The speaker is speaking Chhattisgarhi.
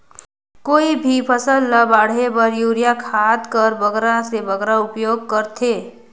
कोई भी फसल ल बाढ़े बर युरिया खाद कर बगरा से बगरा उपयोग कर थें?